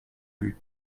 vue